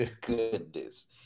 goodness